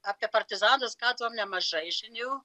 apie partizanus gaudavom nemažai žinių